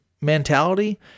mentality